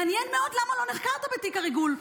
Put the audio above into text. מעניין מאוד למה לא נחקרת בתיק הריגול,